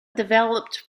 developed